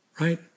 right